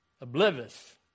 oblivious